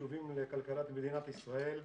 החשובים לכלכלת מדינת ישראל,